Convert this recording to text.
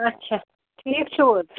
اَچھا ٹھیٖک چھُو حظ